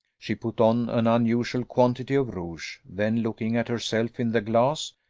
she put on an unusual quantity of rouge then looking at herself in the glass,